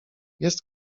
jest